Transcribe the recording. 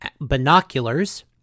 binoculars